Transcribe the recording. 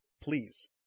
Please